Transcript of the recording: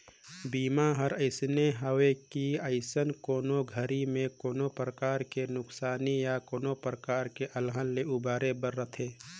बीमा हर अइसने हवे कि अवइया कोनो घरी मे कोनो परकार के नुकसानी या कोनो परकार के अलहन ले उबरे बर रथे